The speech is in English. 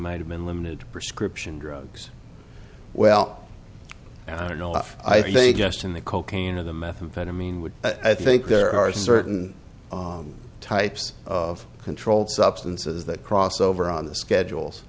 might have been limited to prescription drugs well i don't know enough i think just in the cocaine or the methamphetamine would i think there are certain types of controlled substances that cross over on the schedules